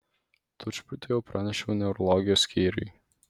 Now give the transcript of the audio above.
tučtuojau pranešiau neurologijos skyriui